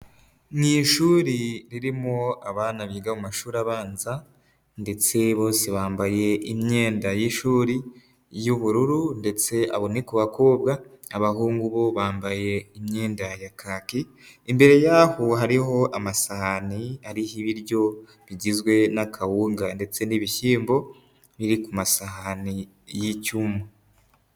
Mu ishuri ririmo abana biga mu mashuri abanza ndetse bose bambaye imyenda y'ishuri y'ubururu, ndetse abo ni ku bakobwa, abahungu bo bambaye imyenda ya kaki, imbere yaho hariho amasahani ariho ibiryo bigizwe n'akawunga ndetse n'ibishyimbo biri ku masahani y'icyuma.